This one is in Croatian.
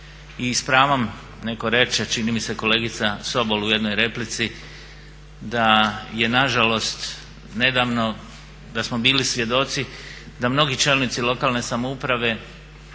I s pravom netko reče, čini mi se kolegica Sobol u jednoj replici da je na žalost nedavno da smo bili svjedoci da mnogi čelnici lokalne samouprave